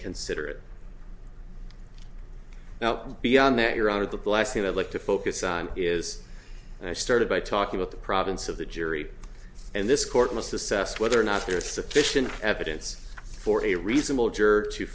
consider it now beyond that you're out of the blast you have look to focus on is and i started by talking about the province of the jury and this court must assess whether or not there is sufficient evidence for a reasonable